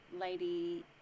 Lady